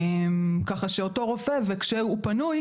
וכשהוא פנוי,